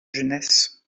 jeunesse